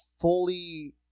fully